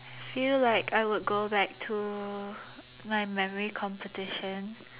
feel like I would go back to my memory competition